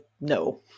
no